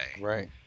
Right